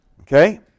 Okay